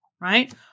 right